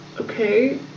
okay